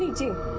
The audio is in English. to